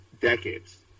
decades